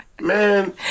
man